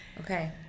Okay